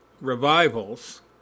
revivals